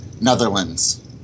Netherlands